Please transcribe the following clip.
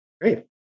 great